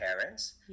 parents